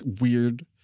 weird